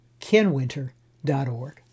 KenWinter.org